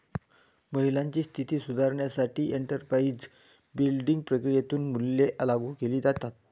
महिलांची स्थिती सुधारण्यासाठी एंटरप्राइझ बिल्डिंग प्रक्रियेतून मूल्ये लागू केली जातात